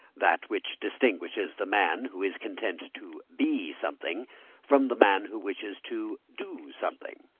that which distinguishes the man who is content to be something from the man who wishes to do something.